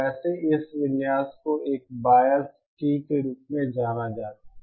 वैसे इस विन्यास को एक बायस्ड T के रूप में जाना जाता है